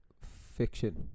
Fiction